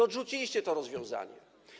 Odrzuciliście to rozwiązanie.